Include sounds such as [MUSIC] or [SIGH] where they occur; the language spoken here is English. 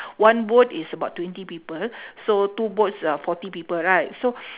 one boat is about twenty people [BREATH] so two boats is uh forty people right so [BREATH]